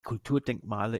kulturdenkmale